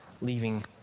leaving